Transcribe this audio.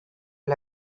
you